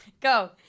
Go